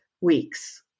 weeks